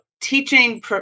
teaching